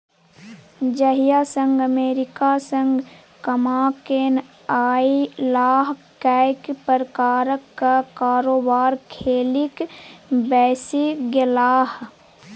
जहिया सँ अमेरिकासँ कमाकेँ अयलाह कैक प्रकारक कारोबार खेलिक बैसि गेलाह